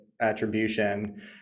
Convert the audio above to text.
attribution